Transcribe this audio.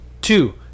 Two